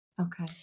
Okay